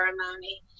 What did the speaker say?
ceremony